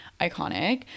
iconic